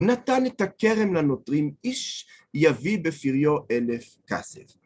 נתן את הכרם לנוטרים איש יביא בפריו אלף כסף.